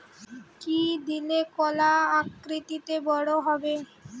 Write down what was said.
কি দিলে কলা আকৃতিতে বড় হবে?